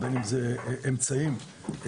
בין אם זה אמצעים נוספים.